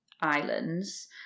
islands